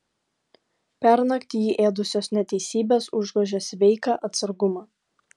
pernakt jį ėdusios neteisybės užgožė sveiką atsargumą